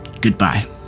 Goodbye